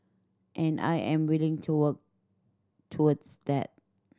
and I am willing to work towards that